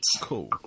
Cool